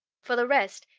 for the rest,